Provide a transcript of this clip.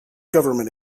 government